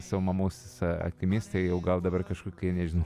savo mamos akimis tai jau gal dabar kažkokie nežinau